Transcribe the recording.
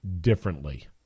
differently